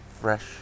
fresh